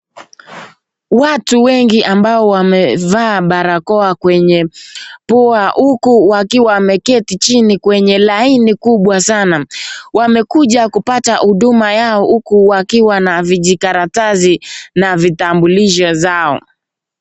Watu wengi ambao wamevaa barakoa kwenye pua huku wakiwa wameketi jini kwenye laini kubwa sana. Wamekuja kupata huduma yao huku wakiwa na vijikaratasi na vitambulisho zao.